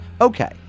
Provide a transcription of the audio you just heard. Okay